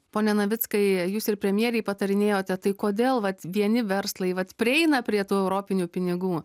pone navickai jūs ir premjerei patarinėjote tai kodėl vat vieni verslai vat prieina prie tų europinių pinigų